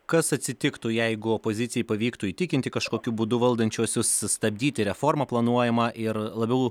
kas atsitiktų jeigu opozicijai pavyktų įtikinti kažkokiu būdu valdančiuosius sustabdyti reformą planuojamą ir labiau